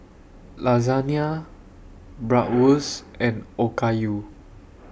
Lasagne Bratwurst and Okayu